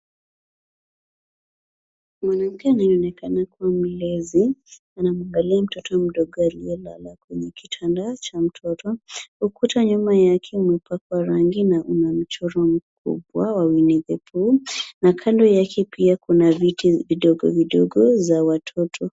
Mwanamke anaye onekana kuwa mlezi anamwagalia mtoto mdogo alie lala kwenye kitanda cha mtoto, ukuta nyuma yake umepakwa rangi na una mchoro mkubwa wa Winnie the Pooh na kando yake pia kuna viti vidogo vidogo vya watoto.